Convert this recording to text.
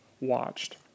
watched